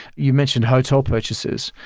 you mentioned hotel purchases,